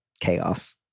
chaos